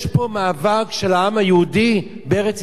יש פה מאבק של העם היהודי בארץ-ישראל.